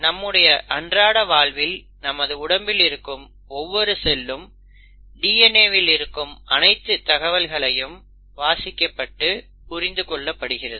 நம்முடைய அன்றாட வாழ்வில் நமது உடம்பில் இருக்கும் ஒவ்வொரு செல்லும் DNA வில் இருக்கும் அனைத்து தகவல்களும் வாசிக்கப்பட்டு புரிந்துகொள்ளப்படுகிறது